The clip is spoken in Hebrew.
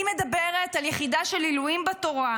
אני מדבר את יחידה של עילויים בתורה,